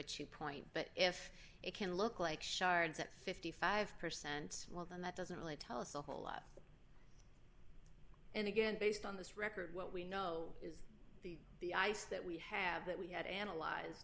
which you point but if it can look like shards at fifty five percent well then that doesn't really tell us a whole lot and again based on this record what we know is the the ice that we have that we had analyze